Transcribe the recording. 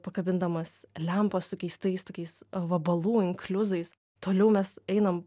pakabindamas lempą su keistais tokiais vabalų inkliuzais toliau mes einam